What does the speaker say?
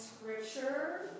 scripture